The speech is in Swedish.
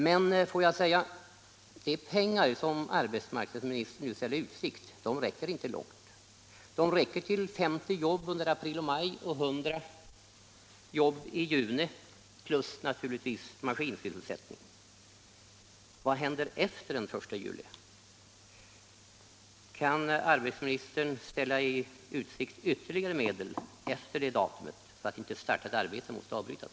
Men får jag säga att de pengar som arbetsmarknadsministern nu ställer i utsikt inte räcker långt; de räcker till 50 jobb under april och maj och till 100 jobb i juni, plus — naturligtvis — till maskinsysselsättning. Vad händer efter den 1 juli? Kan arbetsmarknadsministern ställa i utsikt ytterligare medel efter detta datum, så att inte påbörjade arbeten måste avbrytas?